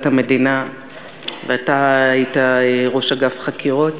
המדינה ואתה היית ראש אגף חקירות.